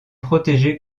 protégées